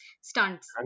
stunts